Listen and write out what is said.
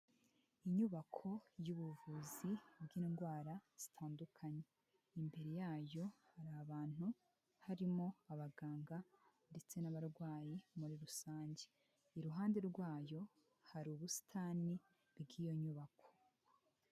Inyubako y'ubuvuzi bw'indwara zitandukanye imbere yayo hari abantu harimo abaganga ndetse n'abarwayi muri rusange, iruhande rwayo hari ubusitani bw'iyo nyubako.